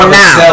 now